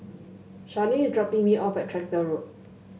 Charlene is dropping me off at Tractor Road